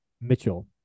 Mitchell